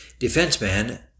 Defenseman